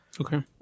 Okay